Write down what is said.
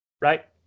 right